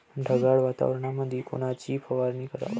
ढगाळ वातावरणामंदी कोनची फवारनी कराव?